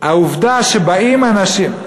העובדה שבאים אנשים,